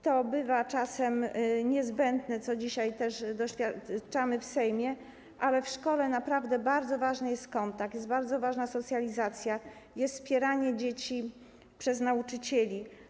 To bywa czasem niezbędne, czego dzisiaj też doświadczamy w Sejmie, ale w szkole naprawdę bardzo ważny jest kontakt, bardzo ważna jest socjalizacja, ważne jest wspieranie dzieci przez nauczycieli.